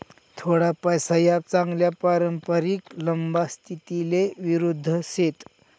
थोडा पैसा या चांगला पारंपरिक लंबा स्थितीले विरुध्द शेत